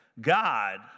God